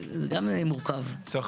זה גם מורכב, זה לא פשוט.